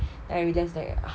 then I realise like how